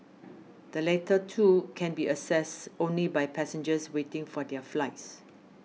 the latter two can be accessed only by passengers waiting for their flights